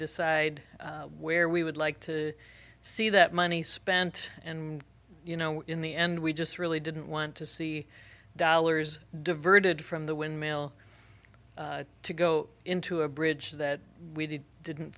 decide where we would like to see that money spent and you know in the end we just really didn't want to see dollars diverted from the windmill to go into a bridge that we didn't